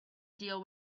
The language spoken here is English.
deal